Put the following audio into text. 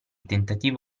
tentativo